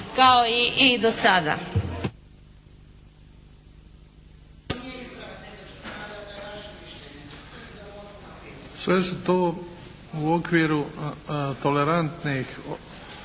Luka (HDZ)** Sve se to u okviru tolerantnih